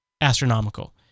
astronomical